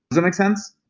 that make sense?